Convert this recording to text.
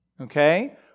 Okay